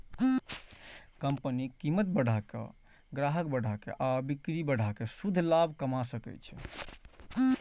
company कीमत बढ़ा के, ग्राहक बढ़ा के आ बिक्री बढ़ा कें शुद्ध लाभ कमा सकै छै